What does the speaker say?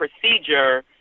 procedure